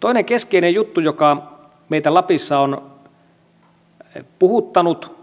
toinen keskeinen juttu joka meitä lapissa on puhuttanut